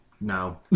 No